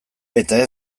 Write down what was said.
eta